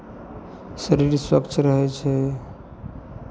शरीर स्वच्छ रहै छै